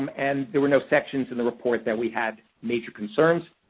um and there were no sections in the report that we had major concerns.